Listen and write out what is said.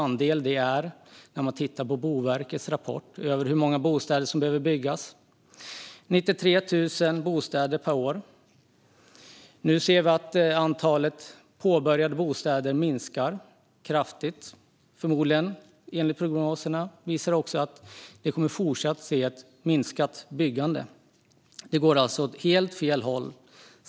När man tittar på Boverkets rapport över hur många bostäder som behöver byggas - 93 000 bostäder per år - förstår alla hur liten den andelen är. Nu ser vi att antalet påbörjade bostäder minskar kraftigt. Enligt prognoserna kommer vi förmodligen även i fortsättningen att se ett minskat byggande.